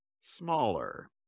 smaller